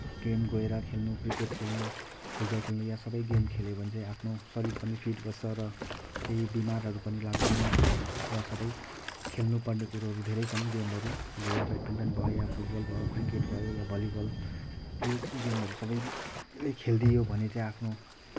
game गएर खेल्नु cricket खेल्नु फुटबल खेल्नु या सबै गेम खेल्यो भने चाहिँ आफ्नो शरीर पनि फिट बस्छ र केही बिमारहरू पनि लाग्दैन हो र सबै खेल्नुपर्ने कुरोहरू धेरै छन् गेमहरू या ब्याडमिन्टन भयो या फुटबल भयो क्रिकेट भयो या भलिबल यो गेमहरू सबैले खेलिदियो भने चाहिँ आफ्नो